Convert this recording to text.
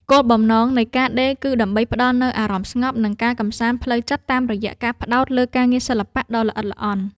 គោលបំណងនៃការដេរគឺដើម្បីផ្ដល់នូវអារម្មណ៍ស្ងប់ និងការកម្សាន្តផ្លូវចិត្តតាមរយៈការផ្ដោតលើការងារសិល្បៈដ៏ល្អិតល្អន់។